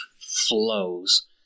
flows